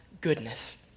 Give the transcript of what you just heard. goodness